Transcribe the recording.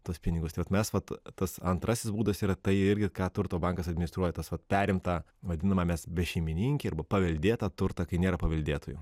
tuos pinigus tai vat mes vat tas antrasis būdas yra tai irgi ką turto bankas administruoja tas vat perimtą vadiname mes bešeimininkį arba paveldėtą turtą kai nėra paveldėtojų